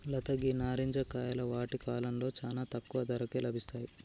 లత గీ నారింజ కాయలు వాటి కాలంలో చానా తక్కువ ధరకే లభిస్తాయి